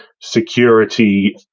security